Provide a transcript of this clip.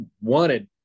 wanted